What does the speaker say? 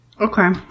Okay